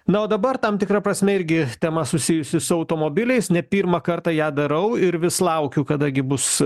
na o dabar tam tikra prasme irgi tema susijusi su automobiliais ne pirmą kartą ją darau ir vis laukiu kada gi bus